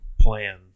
plan